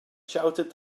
shouted